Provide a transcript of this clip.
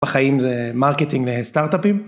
בחיים זה מרקטינג לסטארט-אפים.